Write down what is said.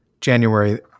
January